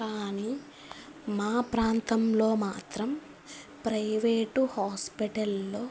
కానీ మా ప్రాంతంలో మాత్రం ప్రైవేటు హాస్పిటల్లో